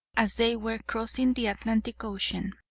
as they were crossing the atlantic ocean.